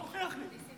בוא תוכיח לי.